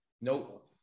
Nope